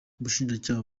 ubushinjacyaha